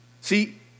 See